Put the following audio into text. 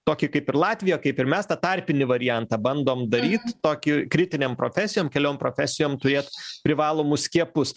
tokį kaip ir latvija kaip ir mes tą tarpinį variantą bandom daryt tokį kritinėm profesijom keliom profesijom turėt privalomus skiepus